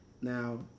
Now